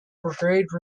brigade